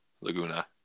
Laguna